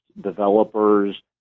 developers